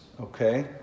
Okay